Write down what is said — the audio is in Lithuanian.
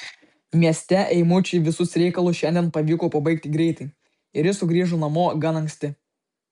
mieste eimučiui visus reikalus šiandien pavyko baigti greitai ir jis sugrįžo namo gan anksti